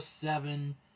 seven